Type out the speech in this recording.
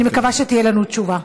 ואני מקווה שתהיה לנו תשובה.